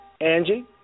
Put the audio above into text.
Angie